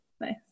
Nice